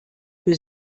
für